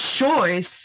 choice